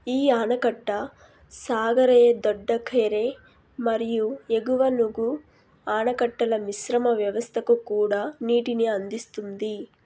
ఈ ఆనకట్ట సాగరేదొడ్డఖేరే మరియు ఎగువనుగు ఆనకట్టల మిశ్రమ వ్యవస్థకు కూడా నీటిని అందిస్తుంది